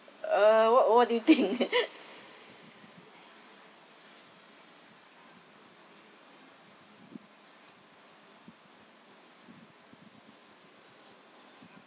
uh what what do you think